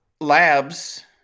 Labs